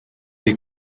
les